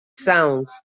sounds